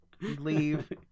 Leave